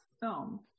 film